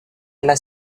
alla